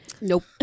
nope